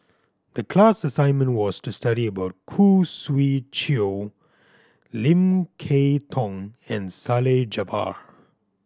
the class assignment was to study about Khoo Swee Chiow Lim Kay Tong and Salleh Japar